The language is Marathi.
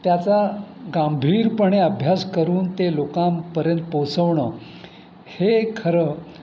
त्याचा गांभीरपणे अभ्यास करून ते लोकांपर्यंत पोहोचवणं हे खरं